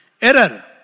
Error